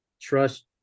trust